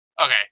okay